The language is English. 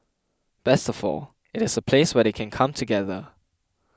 best of all it is a place where they can come together